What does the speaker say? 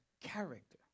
character